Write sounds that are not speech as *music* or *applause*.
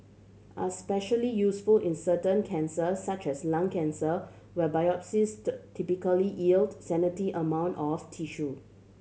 are especially useful in certain cancers such as lung cancer where biopsies *unintelligible* typically yield scanty amount of tissue